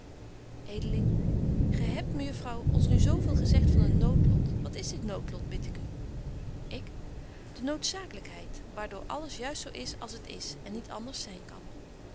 gy hebt mejuffrouw ons nu zo veel gezegt van een noodlot wat is dit noodlot bid ik u ik de noodzaaklykheid waar door alles juist zo is als het is en niet anders zyn kan